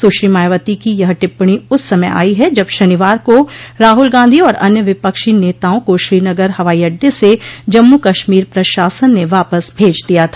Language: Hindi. सुश्री मायावती की यह टिप्पणी उस समय आई है जब शनिवार को राहुल गांधी और अन्य विपक्षी नेताओं को श्रीनगर हवाई अड्डे से जम्मू कश्मीर प्रशासन ने वापस भेज दिया था